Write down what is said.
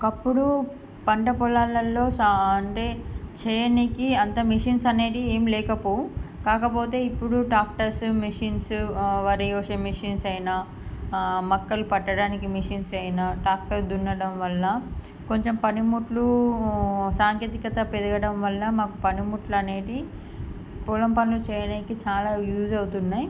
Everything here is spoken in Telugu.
ఒకప్పుడు పంట పొలాలల్లో అంటే చెయ్యడానీకి అంత మిషన్స్ అనేటివి ఏం లేకపోవు కాకపోతే ఇప్పుడు ట్రాక్టర్స్ మిషన్స్ మరియు వరి కోసే మిషన్స్ అయినా మొక్కలు పట్టడానికి మిషన్స్ అయినా ట్రాక్టర్ దున్నడం వల్ల కొంచెం పనిముట్లు సాంకేతికత పెరగడం వల్ల మాకు పనిముట్లు అనేటివి పొలం పనులు చేయడానికి చాలా యూస్ అవుతున్నాయి